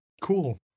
Cool